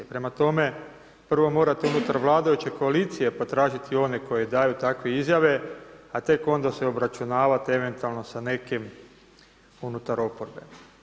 Prema tome, prvo morate unutar vladajuće koalicije potražiti one koji daju takve izjave, a tek onda se obračunavati eventualno sa nekim unutar oporbe.